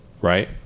right